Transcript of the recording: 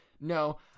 No